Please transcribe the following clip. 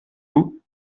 vous